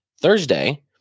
Thursday